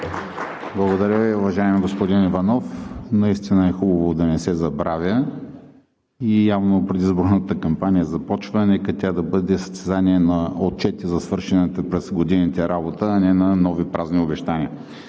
Благодаря Ви, уважаеми господин Иванов. Наистина е хубаво да не се забравя. Явно предизборната кампания започна. Нека тя да бъде състезание на отчети за свършената през годините работа, а не на нови празни обещания.